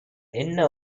என்ன